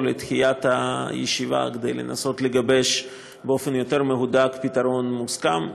לדחיית הישיבה כדי לנסות לגבש באופן יותר מהודק פתרון מוסכם.